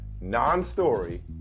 non-story